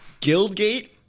Guildgate